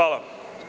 Hvala.